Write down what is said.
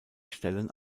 stellen